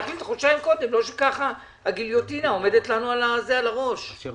לא שהגיליוטינה עומדת לנו על הראש חודשיים לפני לכן.